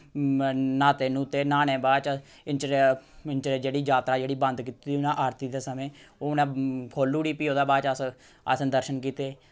न्हाते न्हुते न्हाने दे बाद च इ'न्ने चिर इ'न्ने चिरे जेह्ड़ी जात्तरा जेह्ड़ी बंद कीती दी उ'नें आरती दे समें ओह् उ'नें खोलूड़ी फ्हो ओह्दे बाद च अस असें दर्शन कीते